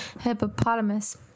hippopotamus